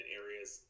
areas